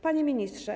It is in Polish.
Panie Ministrze!